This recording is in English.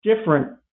different